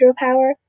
hydropower